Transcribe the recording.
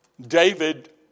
David